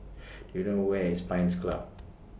Do YOU know Where IS Pines Club